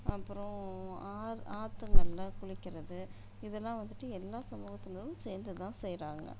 அப்புறம் ஆ ஆற்றுங்கள்ல குளிக்கிறது இதெல்லாம் வந்துவிட்டு எல்லா சமூகத்தினரும் சேர்ந்துதான் செய்யறாங்க